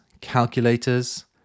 calculators